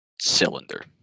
Cylinder